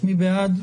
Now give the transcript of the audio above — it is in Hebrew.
מי בעד?